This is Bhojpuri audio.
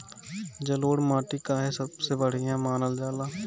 जलोड़ माटी काहे सबसे बढ़िया मानल जाला?